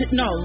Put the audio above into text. no